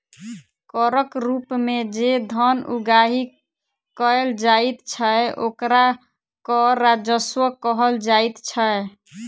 करक रूप मे जे धन उगाही कयल जाइत छै, ओकरा कर राजस्व कहल जाइत छै